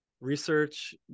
research